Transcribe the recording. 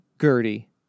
Gertie